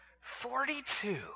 Forty-two